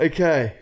Okay